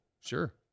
Sure